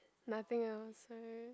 nothing else right